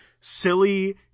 silly